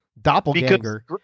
doppelganger